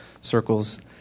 circles